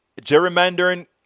Gerrymandering